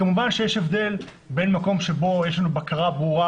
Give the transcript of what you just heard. כמובן יש הבדל בין מקום שבו יש לנו בקרה ברורה,